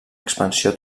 expansió